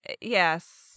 Yes